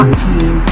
team